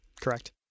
correct